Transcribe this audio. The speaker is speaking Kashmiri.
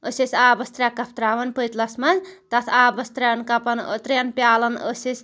أسۍ ٲسۍ آبَس ترٛےٚ کَپ ترٛاوان پٔتلَس منٛز تَتھ آبَس ترٛیٚن کَپن ٲں ترٛیٚن پیٛالن ٲسۍ أسۍ